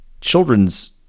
children's